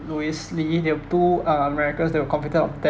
lewis lee they were two uh americans that were convicted of death